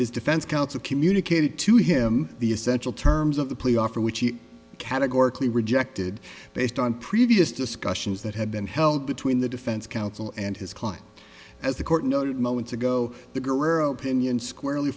his defense counsel communicated to him the essential terms of the plea offer which he categorically rejected based on previous discussions that have been held between the defense counsel and his client as the court noted moments ago the guerrero opinion squarely